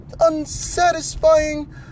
unsatisfying